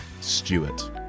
Stewart